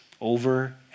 over